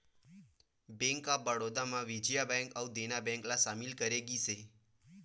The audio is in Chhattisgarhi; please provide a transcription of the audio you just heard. बेंक ऑफ बड़ौदा म विजया बेंक अउ देना बेंक ल सामिल करे गिस हे